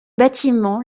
bâtiments